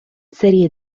serie